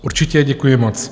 Určitě, děkuji moc.